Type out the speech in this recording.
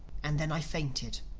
and then i fainted.